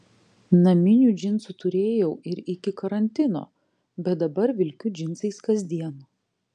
naminių džinsų turėjau ir iki karantino bet dabar vilkiu džinsais kasdien